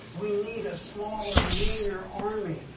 we need a smaller, leaner army.